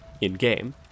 in-game